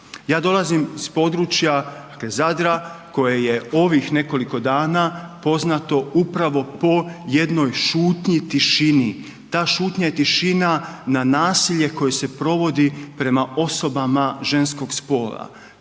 Ja dolazim s područja Zadra koje je ovih nekoliko dana poznato upravo po jednoj šutnji, tišini. Ta šutnja i tišina na nasilje koje se provodi prema osobama ženskog spola,